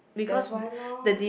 that's why lor